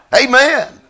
Amen